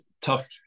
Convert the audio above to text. tough